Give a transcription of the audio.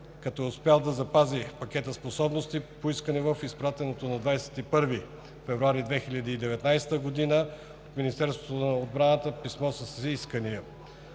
като е успял да запази пакета от способности, поискани в изпратеното на 21 февруари 2019 г. от Министерството на отбраната писмо с искания